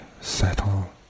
settle